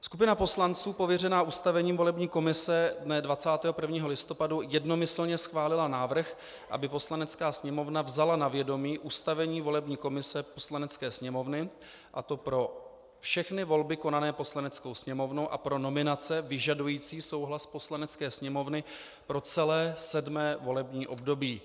Skupina poslanců pověřená ustavením volební komise dne 21. listopadu jednomyslně schválila návrh, aby Poslanecká sněmovna vzala na vědomí ustavení volební komise Poslanecké sněmovny, a to pro všechny volby konané Poslaneckou sněmovnou a pro nominace vyžadující souhlas Poslanecké sněmovny pro celé 7. volební období.